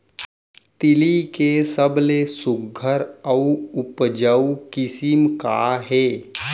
तिलि के सबले सुघ्घर अऊ उपजाऊ किसिम का हे?